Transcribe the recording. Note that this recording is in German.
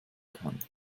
kann